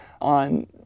on